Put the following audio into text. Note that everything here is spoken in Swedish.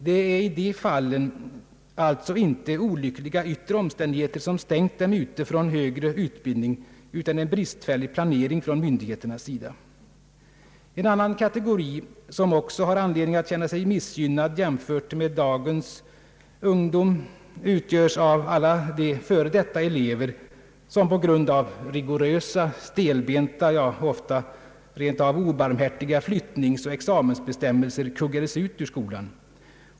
Det är i de fallen alltså inte olyckliga yttre omständigheter som har stängt dem ute från högre utbildning utan en bristfällig planering från myndigheternas sida. En annan kategori som också har anledning att känna sig missgynnad jämfört med dagens skolungdom utgörs av alla de f.d. elever som på grund av rigorösa, stelbenta och ofta rent av obarmhärtiga flyttningsoch examensbestämmelser kuggades ut ur skolan.